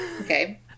Okay